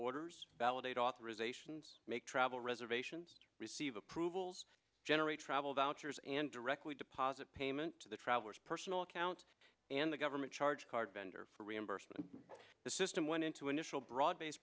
orders validate authorizations make travel reservations receive approvals generate travel vouchers and directly deposit payment to the travelers personal accounts and the government charge card vendor for reimbursement the system went into initial broad based